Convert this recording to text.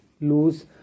lose